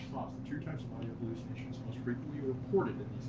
the two types of audio hallucinations most frequently reported in